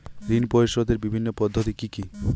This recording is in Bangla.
ঋণ পরিশোধের বিভিন্ন পদ্ধতি কি কি?